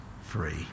free